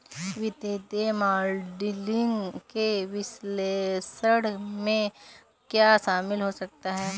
वित्तीय मॉडलिंग के विश्लेषण में क्या शामिल हो सकता है?